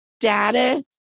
data